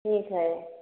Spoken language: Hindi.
ठीक है